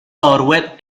orwell